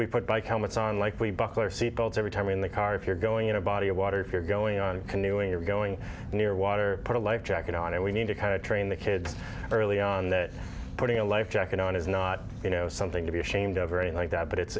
we put bike helmets on like we buckle your seatbelts every time in the car if you're going in a body of water if you're going on canoeing you're going near water put a life jacket on and we need to kind of train the kids early on that putting a life jacket on is not you know something to be ashamed of or anything like that but it's